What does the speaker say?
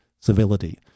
civility